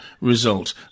result